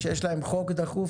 כשיש להם חוק דחוף,